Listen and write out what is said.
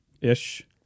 Ish